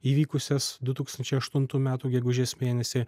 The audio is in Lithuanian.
įvykusias du tūkstančiai aštuntų metų gegužės mėnesį